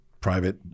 private